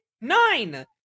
nine